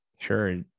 Sure